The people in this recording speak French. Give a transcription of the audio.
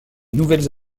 nouvelles